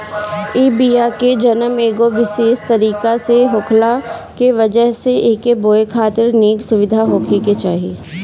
इ बिया के जनम एगो विशेष तरीका से होखला के वजह से एके बोए खातिर निक सुविधा होखे के चाही